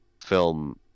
film